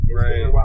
right